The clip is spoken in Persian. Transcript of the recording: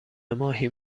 ماهی